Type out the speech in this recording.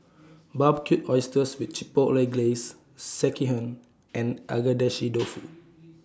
Barbecued Oysters with Chipotle Glaze Sekihan and Agedashi Dofu